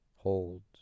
Hold